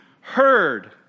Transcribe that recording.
heard